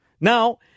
Now